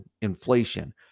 inflation